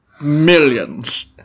Millions